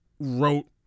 wrote